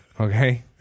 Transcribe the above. Okay